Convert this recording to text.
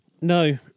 No